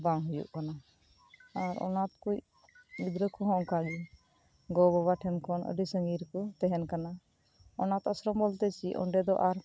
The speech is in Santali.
ᱵᱟᱝ ᱦᱳᱭᱳᱜ ᱠᱟᱱᱟ ᱟᱨ ᱚᱱᱟᱛᱷ ᱠᱚᱭᱤᱡ ᱜᱤᱫᱽᱨᱟᱹ ᱠᱚ ᱦᱚᱸ ᱚᱱᱠᱟᱜᱮ ᱜᱚᱼᱵᱟᱵᱟ ᱴᱷᱮᱱ ᱠᱷᱚᱱ ᱟᱹᱰᱤ ᱥᱟᱦᱟ ᱨᱮ ᱠᱚ ᱛᱟᱦᱮᱱ ᱠᱟᱱᱟ ᱚᱱᱟᱛᱷ ᱟᱥᱨᱚᱢ ᱵᱚᱞᱛᱮ ᱪᱮ ᱚᱸᱰᱮ ᱫᱚ ᱟᱨ